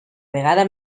vegada